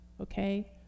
okay